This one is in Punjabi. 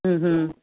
ਹੂੰ ਹੂੰ